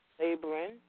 Laboring